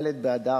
ב-28